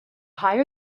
higher